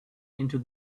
into